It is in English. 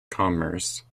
commerce